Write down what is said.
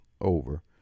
over